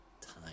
time